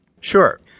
Sure